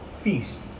feast